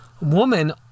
woman